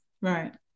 Right